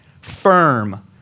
firm